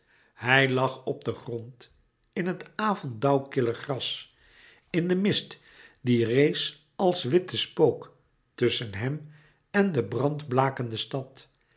hij lag op den grond in het avonddauwkille gras in den mist die rees als witte spook tusschen hem en de brandblakende stad